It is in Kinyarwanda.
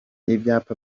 ibyapa